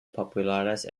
populares